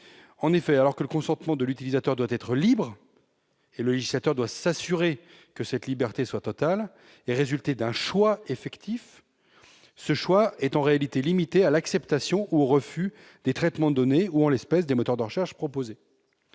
En effet, alors que le consentement de l'utilisateur doit être libre et que le législateur doit s'assurer que cette liberté est totale et résulte d'un choix effectif, ce choix est en réalité limité à l'acceptation ou au refus des traitements de données ou, en l'espèce, des moteurs de recherche proposés.